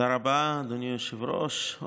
תודה רבה, אדוני היושב-ראש.